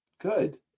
good